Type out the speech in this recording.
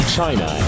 China